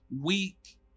weak